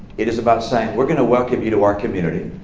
it is about saying, we're going to welcome you to our community.